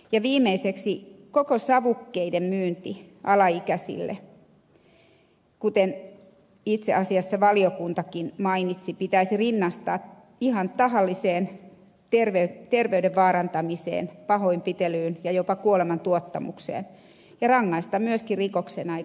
ja viimeiseksi koko savukkeiden myynti alaikäisille kuten itse asiassa valiokuntakin mainitsi pitäisi rinnastaa ihan tahalliseen terveyden vaarantamiseen pahoinpitelyyn ja jopa kuolemantuottamukseen ja rangaista myöskin rikoksena eikä rikkomuksena